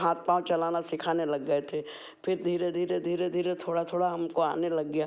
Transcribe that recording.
हाथ पाँव चलाना सिखाने लग गए थे फिर धीरे धीरे धीरे धीरे थोड़ा थोड़ा हमको आने लग गया